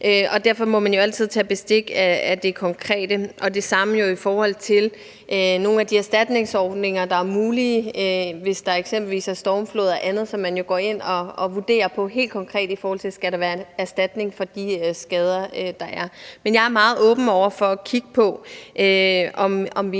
Derfor må man jo altid tage bestik af det konkrete. Det samme gælder jo i forhold til nogle af de erstatningsordninger, der er mulige, hvis der eksempelvis er stormflod og andet, hvor man jo helt konkret går ind og vurderer, om der skal være en erstatning for de skader, der er. Men jeg er meget åben over for at kigge på, om vi